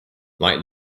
like